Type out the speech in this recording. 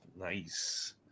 Nice